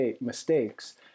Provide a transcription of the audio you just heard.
mistakes